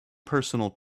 personal